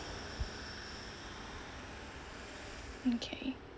okay